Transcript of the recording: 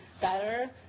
better